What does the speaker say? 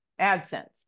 AdSense